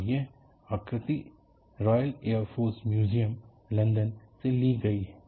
और यह आकृति Royal Air Force Museum London से ली गयी है